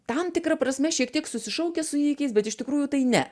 tam tikra prasme šiek tiek susišaukia su įvykiais bet iš tikrųjų tai ne